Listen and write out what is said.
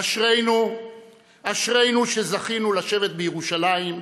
אשרינו שזכינו לשבת בירושלים,